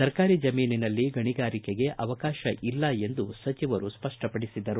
ಸರಕಾರಿ ಜಮೀನಿನಲ್ಲಿ ಗಣಿಗಾರಿಕೆಗೆ ಅವಕಾಶ ಇಲ್ಲ ಎಂದು ಸಚಿವರು ಹೇಳಿದರು